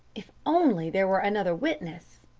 if only there were another witness!